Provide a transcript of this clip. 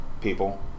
people